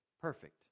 perfect